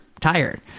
tired